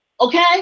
Okay